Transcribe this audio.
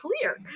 clear